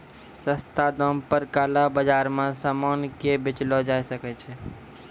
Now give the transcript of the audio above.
सस्ता दाम पे काला बाजार मे सामान के बेचलो जाय सकै छै